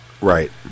right